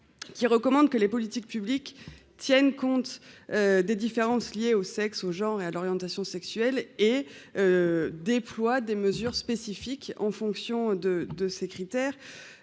qui recommande que les politiques publiques tiennent compte des différences liées au sexe, aux gens et à l'orientation sexuelle et déploie des mesures spécifiques en fonction de, de ces critères,